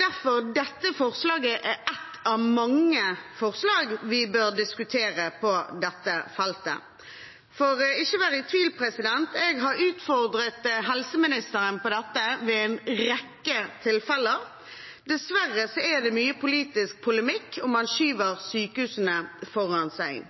derfor dette forslaget er et av mange forslag vi bør diskutere på dette feltet. Ikke vær i tvil: Jeg har utfordret helseministeren på dette ved en rekke tilfeller. Dessverre er det mye politisk polemikk, og man skyver sykehusene foran seg.